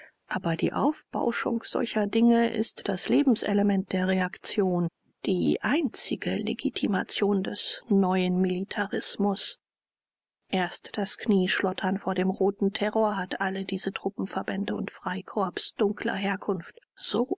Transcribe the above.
aber die aufbauschung solcher dinge ist das lebenselement der reaktion die einzige legtimation des neuen militarismus erst das knieschlottern vor dem roten terror hat alle diese truppenverbände und freikorps dunkler herkunft so